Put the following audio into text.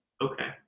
Okay